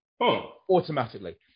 Automatically